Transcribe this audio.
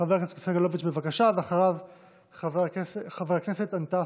חבר הכנסת יואב סגלוביץ',